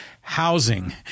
housing